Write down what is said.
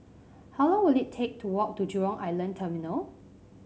how long will it take to walk to Jurong Island Terminal